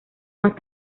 más